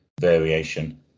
variation